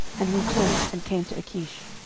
and returned, and came to achish.